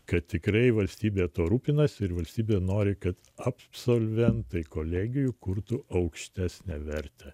kad tikrai valstybė tuo rūpinasi ir valstybė nori kad absolventai kolegijų kurtų aukštesnę vertę